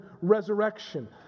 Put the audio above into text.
resurrection